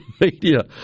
media